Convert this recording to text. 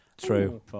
True